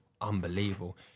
Unbelievable